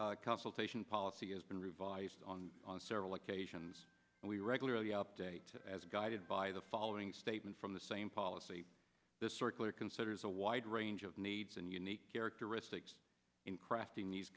nineteen consultation policy has been revised on several occasions and we regularly update to as guided by the following statement from the same policy this circular considers a wide range of needs and unique characteristics in crafting these